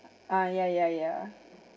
ah yeah yeah yeah